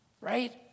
right